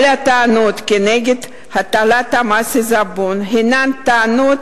כל הטענות כנגד הטלת מס עיזבון הינן טענות